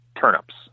turnips